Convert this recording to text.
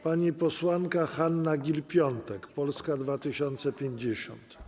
Pani posłanka Hanna Gill-Piątek, Polska 2050.